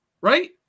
Right